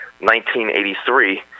1983